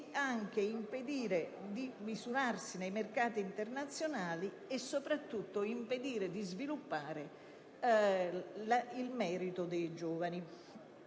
impedendo di misurarsi nei mercati internazionali e, soprattutto, di sviluppare il merito dei giovani.